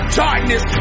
darkness